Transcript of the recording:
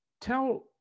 tell